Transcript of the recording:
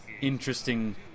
interesting